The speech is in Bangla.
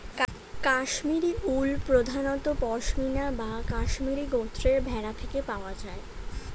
কাশ্মীরি উল প্রধানত পশমিনা বা কাশ্মীরি গোত্রের ভেড়া থেকে পাওয়া যায়